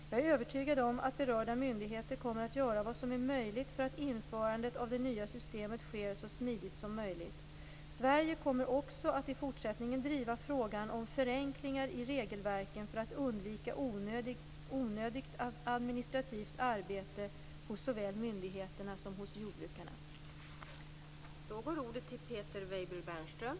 Jag är övertygad om att berörda myndigheter kommer att göra vad som är möjligt för att införandet av det nya systemet sker så smidigt som möjligt. Sverige kommer också att i fortsättningen driva frågan om förenklingar i regelverken för att undvika onödigt administrativt arbete hos såväl myndigheterna som hos jordbrukarna.